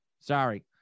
sorry